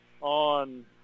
on